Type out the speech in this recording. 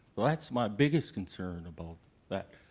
that's my biggest concern about that.